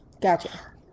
Gotcha